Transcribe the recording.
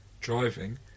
driving